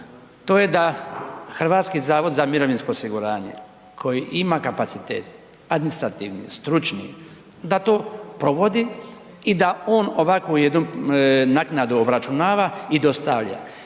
Ono što bi svakako htio podržati to je da HZMO koji ima kapacitet, administrativni, stručni da to provodi i da on ovakvu jednu naknadu obračunava i dostavlja.